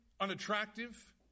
unattractive